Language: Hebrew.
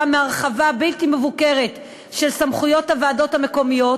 מהרחבה בלתי מבוקרת של סמכויות הוועדות המקומיות,